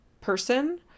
person